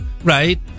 Right